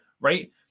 right